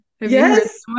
Yes